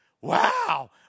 wow